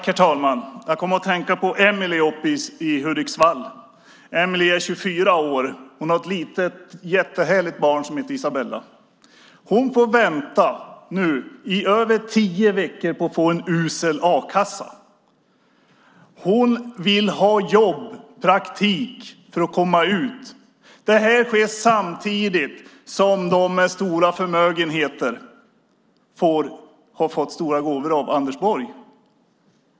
Herr talman! Jag kommer att tänka på Emelie uppe i Hudiksvall. Emelie är 24 år. Hon har ett litet, jättehärligt barn som heter Isabella. Hon får nu vänta i över tio veckor på att få en usel a-kassa. Hon vill ha jobb och praktik för att komma ut. Det här sker samtidigt som de med stora förmögenheter har fått stora gåvor av Anders Borg.